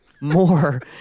more